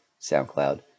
SoundCloud